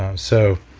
um so